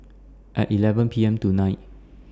At eleven P M tonight